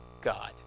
God